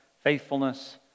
faithfulness